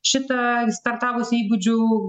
šitą startavusį įgūdžių